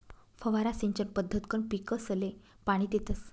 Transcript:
फवारा सिंचन पद्धतकंन पीकसले पाणी देतस